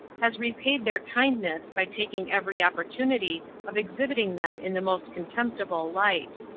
has repaid their kindness by taking every opportunity of exhibiting them in the most contemptible light.